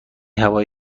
هوای